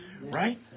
right